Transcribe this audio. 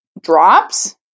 drops